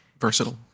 Versatile